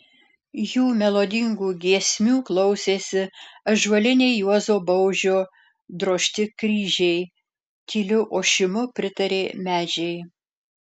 jų melodingų giesmių klausėsi ąžuoliniai juozo baužio drožti kryžiai tyliu ošimu pritarė medžiai